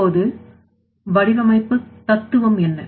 இப்போது வடிவமைப்பு தத்துவம் என்ன